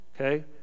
okay